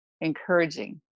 encouraging